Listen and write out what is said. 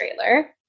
trailer